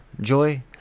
joy